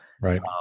Right